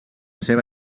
seva